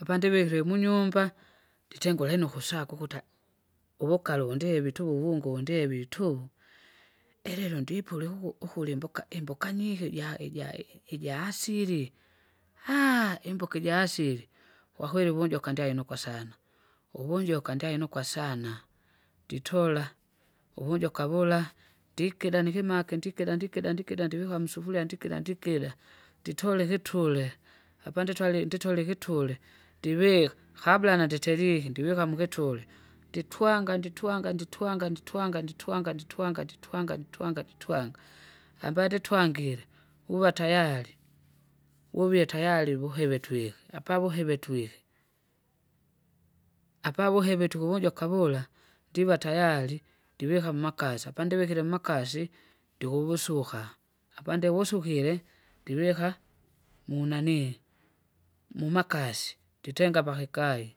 apandivikire munyumba, nditengure nukusaka ukuta! uvukakare uvundevi tuku vungu ndevi tuvu. Ilelo ndipule uku- ukulimbuka imbukanihe ija- ija- ijaasili, haa! imbuka ijaasili, kwakweli vunjuka ndyainuka sana, uvunjuka ndyainukwa sana, nditola, uvunjuka vula, ndikida nikimaki ndikida ndikida ndikida ndivika musufuria ndikida ndikida, nditole ikitule, apanditwale nditole ikitule, ndivika kabla nanditelike ndivika mukituli nditwanga nditwanga nditwanga nditwanga nditwanga nditwanga nditwanga nditwanga nditwanga, ambanditwangire, uvatayari, wuvie tayari vikive twighe apavuhive twighe. Apavuhive tukuhonjoka wula, ndiva tayari, ndivika mmakasi apandivikile mmakasi, ndikuvusuka, apandivusukile, ndivika, munanii, mumakasi, nditenga pakikai.